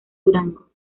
durango